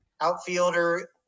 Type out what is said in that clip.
outfielder